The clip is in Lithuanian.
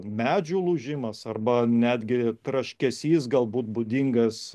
medžių lūžimas arba netgi traškesys galbūt būdingas